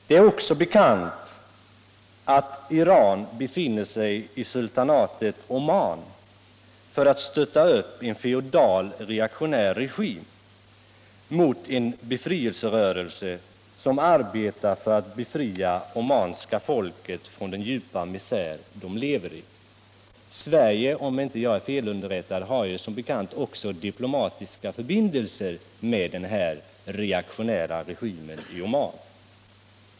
Det är också bekant att Iran befinner sig i sultanatet Oman för att stötta upp en feodal reaktionär regim mot en befrielserörelse som arbetar för att befria det omanska folket från den djupa misär det lever i. Sverige har ju, om jag inte är fel underrättad, diplomatiska förbindelser med Nr 54 den reaktionära regimen i Oman.